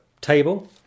table